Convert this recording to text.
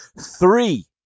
three